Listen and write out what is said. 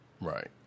Right